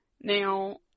Now